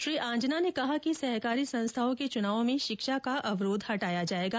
श्री आंजना ने कहा कि सहकारी संस्थाओं के चुनाव में शिक्षा का अवरोध हटाया जायेगा